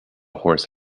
horse